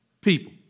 people